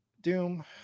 Doom